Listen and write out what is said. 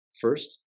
First